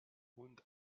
hund